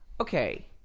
Okay